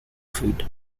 treat